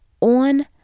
on